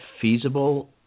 feasible